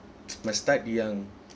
must start young